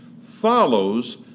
follows